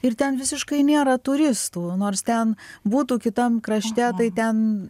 ir ten visiškai nėra turistų nors ten būtų kitam krašte tai ten